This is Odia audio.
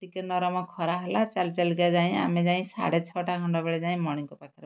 ଟିକେ ନରମ ଖରା ହେଲା ଚାଲି ଚାଲିକା ଯାଇ ଆମେ ଯାଇ ସାଢ଼େ ଛଅଟା ଘଣ୍ଟା ବେଳେ ଯାଇ ମଣିଙ୍କ ପାଖରେ ପହଁଞ୍ଚିଲୁ